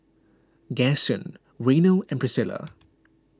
Gaston Reno and Priscilla